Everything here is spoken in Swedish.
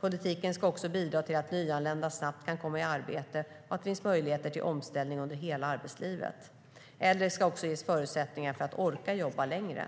Politiken ska också bidra till att nyanlända snabbt kan komma i arbete och att det finns möjligheter till omställning under hela arbetslivet. Äldre ska också ges förutsättningar för att orka jobba längre.